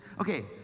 okay